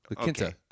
Okay